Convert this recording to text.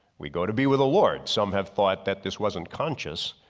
we go to be with the lord. some have thought that this wasn't conscious,